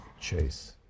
Chase